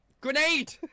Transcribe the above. Grenade